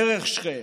דרך שכם,